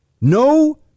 No